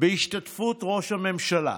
בהשתתפות ראש הממשלה,